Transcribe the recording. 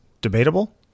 debatable